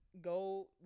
Go